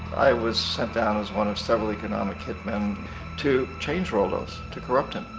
i was send down as one of several economic hitman to change roldos. to corrupt him.